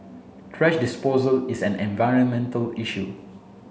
thrash disposal is an environmental issue